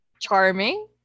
charming